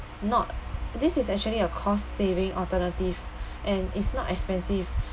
not this is actually a cost saving alternative and is not expensive